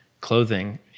Clothing